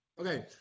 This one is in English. Okay